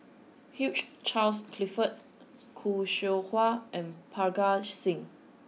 Hugh Charles Clifford Khoo Seow Hwa and Parga Singh